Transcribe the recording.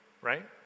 right